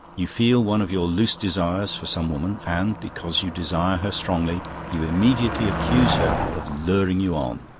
you feel one of your loose desires for some woman, and because you desire her strongly you immediately accuse her of luring you on,